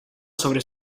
sobre